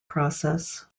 process